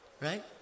right